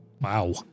Wow